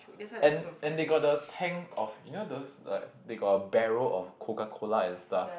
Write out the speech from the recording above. and and they got the tank of you know those like they got a barrow of Coca-Cola and stuff